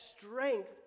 strength